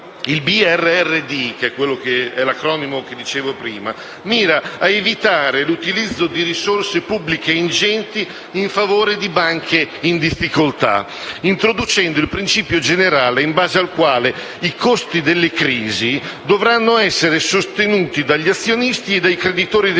al mercato dei capitali. La BRRD mira ad evitare l'utilizzo di risorse pubbliche ingenti in favore di banche in difficoltà, introducendo il principio generale in base al quale i costi delle crisi dovranno essere sostenuti dagli azionisti e dai creditori delle